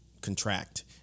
contract